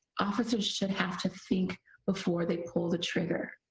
officers should have to think before they pull the trigger.